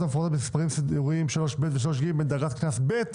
המפורטות במסרים סידוריים 3ב ו-3ג דרגת קנס ב'